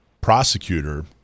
prosecutor